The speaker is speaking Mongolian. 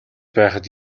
байхад